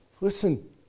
listen